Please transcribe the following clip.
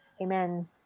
Amen